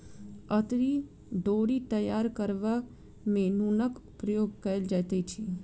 अंतरी डोरी तैयार करबा मे नूनक प्रयोग कयल जाइत छै